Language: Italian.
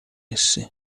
essi